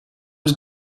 was